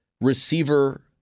receiver